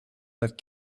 that